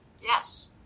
yes